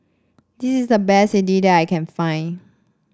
this is the best idly that I can find